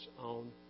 own